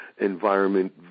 environment